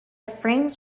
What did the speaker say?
frames